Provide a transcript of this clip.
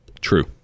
true